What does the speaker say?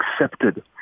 accepted